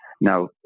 Now